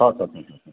छ छ छ छ छ